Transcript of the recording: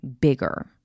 bigger